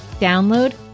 Download